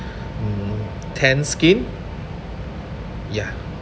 mm tanned skin ya